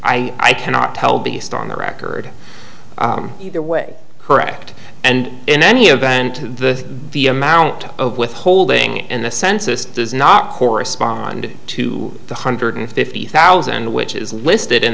i i cannot tell based on the record either way correct and in any event the the amount of withholding in the census does not correspond to the hundred fifty thousand which is listed in